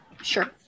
Sure